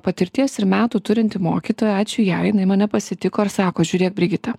patirties ir metų turinti mokytoja ačiū jai jinai mane pasitiko ir sako žiūrėk brigita